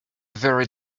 very